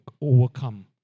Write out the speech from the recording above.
overcome